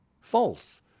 false